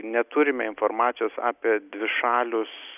neturime informacijos apie dvišalius